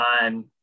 on